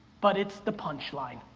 but it's the punch line.